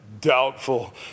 doubtful